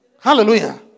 Hallelujah